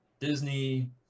Disney